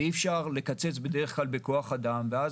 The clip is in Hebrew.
ובדרך כלל אי אפשר לקצץ בכוח אדם ואז